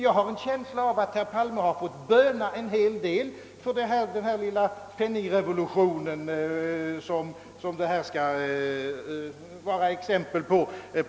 Jag har en känsla av att herr Palme har fått böna en hel del för den penningrevolution som propositionen skall vara ett exempel på.